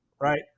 right